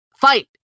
fight